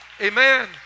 Amen